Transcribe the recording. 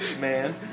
Man